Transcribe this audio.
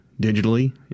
digitally